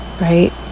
Right